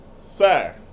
Sir